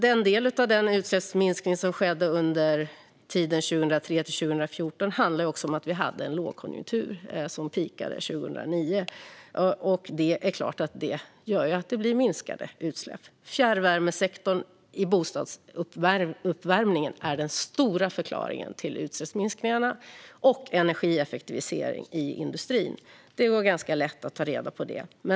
Den del av den utsläppsminskningen som skedde under tiden 2003 till 2014 handlar också om att vi hade en lågkonjunktur som peakade 2009, och det är klart att det medförde minskade utsläpp. Fjärrvärmesektorn i bostadsuppvärmningen är också en stor förklaring till utsläppsminskningarna, liksom energieffektivisering i industrin. Det här går ganska lätt att ta reda på.